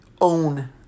own